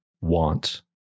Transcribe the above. want